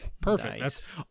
perfect